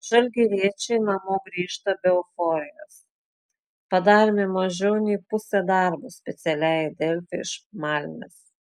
žalgiriečiai namo grįžta be euforijos padarėme mažiau nei pusę darbo specialiai delfi iš malmės